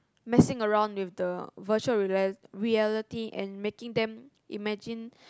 messing around with the virtual reality reality and making them imagine